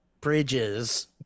bridges